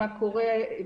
מה קורה.